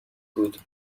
بود